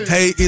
Hey